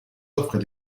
offres